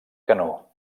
canó